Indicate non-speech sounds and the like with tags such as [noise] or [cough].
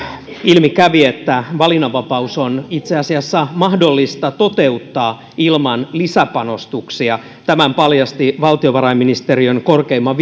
ilmi kävi että valinnanvapaus on itse asiassa mahdollista toteuttaa ilman lisäpanostuksia tämän paljasti valtiovarainministeriön korkeimman [unintelligible]